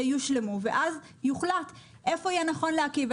יושלמו ואז יוחלט איפה יהיה נכון להקים,